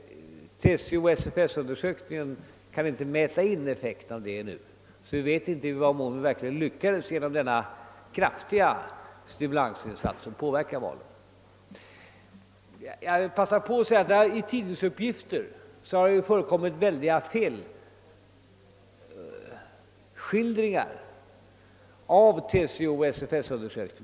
TCO-SFS-undersökningen kan inte ännu mäta in effekten av det, och vi vet därför inte i vad mån vi har lyckats att undersökte vi den saken mycket nog 7 påverka valet med denna kraftiga sti Jag vill i sammanhanget nämna att jag i tidningspressen har läst mycket felaktiga skildringar av denna TCO-SFS undersökning.